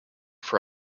for